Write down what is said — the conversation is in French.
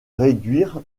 réduire